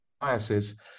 biases